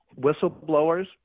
whistleblowers